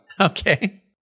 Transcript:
Okay